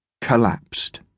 collapsed